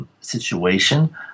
situation